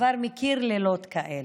כבר מכיר לילות כאלה,